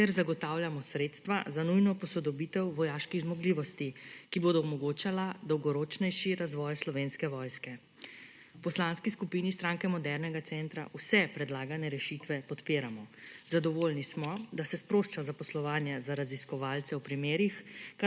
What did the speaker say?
ter zagotavljamo sredstva za nujno posodobitev vojaških zmogljivosti, ki bodo omogočala dolgoročnejši razvoj Slovenske vojske. V Poslanski skupini Stranke modernega centra vse predlagane rešitve podpiramo. Zadovoljni smo, da se sprošča zaposlovanje za raziskovalce v primerih,